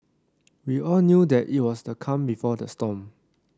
we all knew that it was the calm before the storm